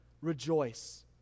Rejoice